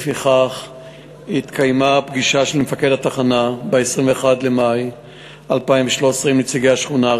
לפיכך התקיימה פגישה של מפקד התחנה ב-21 במאי 2013 עם נציגי השכונה,